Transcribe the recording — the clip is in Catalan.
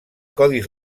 codis